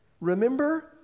remember